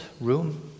room